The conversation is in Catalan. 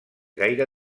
gaire